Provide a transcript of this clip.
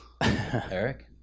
Eric